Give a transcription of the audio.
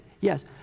Yes